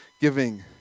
giving